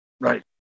Right